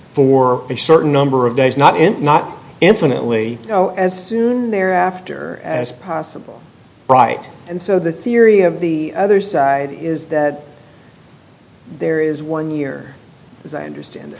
for a certain number of days not in not infinitely you know as soon thereafter as possible right and so the theory of the other side is that there is one year as i understand